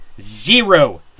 Zero